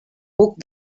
buc